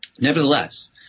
Nevertheless